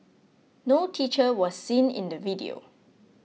no teacher was seen in the video